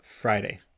friday